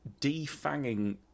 defanging